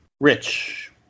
Rich